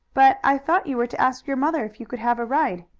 but i thought you were to ask your mother if you could have a ride.